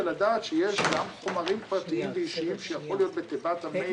ולדעת שיש גם חומרים פרטיים ואישיים שיכול להיות בתיבת המייל,